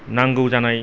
नांगौ जानाय